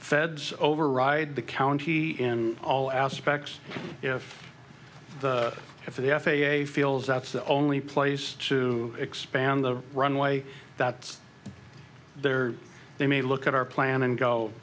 feds override the county in all aspects if the if the f a a feels that's the only place to expand the runway that's there they may look at our plan and go